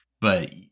but-